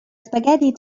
spaghetti